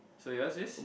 so yours is